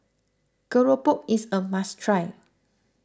Keropok is a must try